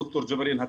ד"ר ג'אברין,